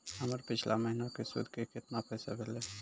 हमर पिछला महीने के सुध के केतना पैसा भेलौ?